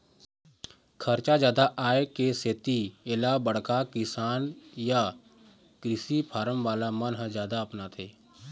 खरचा जादा आए के सेती एला बड़का किसान य कृषि फारम वाला मन ह जादा अपनाथे